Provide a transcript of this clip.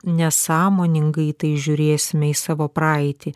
nesąmoningai tai žiūrėsime į savo praeitį